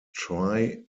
triangular